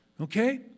Okay